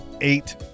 eight